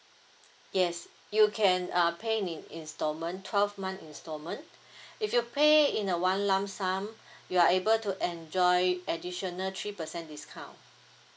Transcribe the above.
yes you can err pay it in installment twelve months installment if you pay in a one lump sum you are able to enjoy additional three percent discount